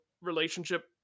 relationship